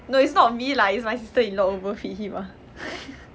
no it's not me lah it's my sister-in-law overfeed him ah